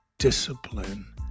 Discipline